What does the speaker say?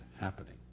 happening